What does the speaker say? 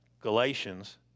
Galatians